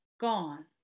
gone